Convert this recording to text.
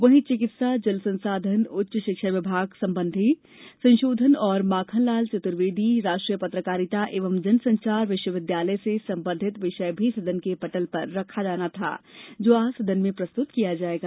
वहीं चिकित्सा जल संसाधन उच्च शिक्षा विभाग संबंधित संशोधन और माखनलाल चतुर्वेदी राष्ट्रीय पत्रकारिता एवं संचार विश्वविद्यालय से संबंधित विषय भी सदन के पटल पर रखा जाना था जो आज सदन में प्रस्तुत किया जायेगा